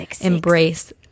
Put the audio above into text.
embrace